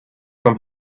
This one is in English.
from